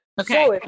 Okay